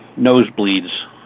nosebleeds